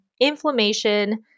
inflammation